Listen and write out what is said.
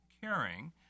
caring